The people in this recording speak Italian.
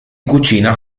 cucina